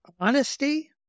honesty